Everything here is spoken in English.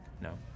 no